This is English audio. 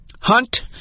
Hunt